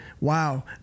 Wow